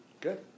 good